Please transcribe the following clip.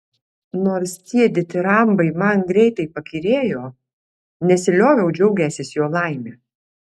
nors tie ditirambai man greitai pakyrėjo nesilioviau džiaugęsis jo laime